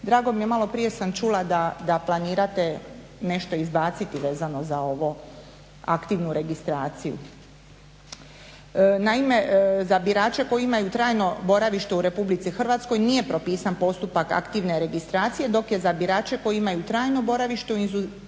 Drago mi je, maloprije sam čula da planirate nešto izbaciti za ovu aktivnu registraciju. Naime, za birače koji imaju trajno boravište u Republici Hrvatskoj nije propisan postupak aktivne registracije dok je za birače koji imaju trajno boravište u inozemstvu